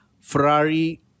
Ferrari